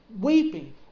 weeping